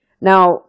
Now